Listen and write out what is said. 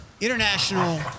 international